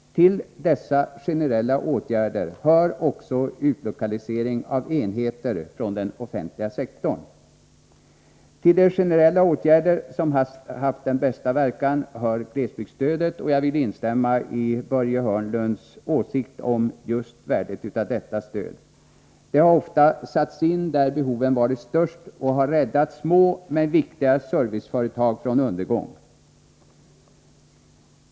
Till dessa generella åtgärder hör också utlokalisering av enheter från den offentliga sektorn. Till de generella åtgärder som haft den bästa verkan hör glesbygdsstödet, och jag vill instämma i Börje Hörnlunds åsikt om värdet av just detta stöd. Det har ofta satts in där behoven varit störst och har räddat många små men viktiga serviceföretag från undergång.